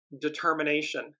determination